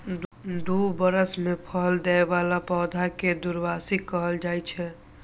दू बरस मे फल दै बला पौधा कें द्विवार्षिक कहल जाइ छै